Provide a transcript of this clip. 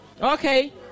Okay